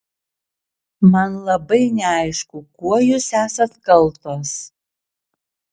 man labai neaišku kuo jūs esat kaltos